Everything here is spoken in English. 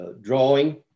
drawing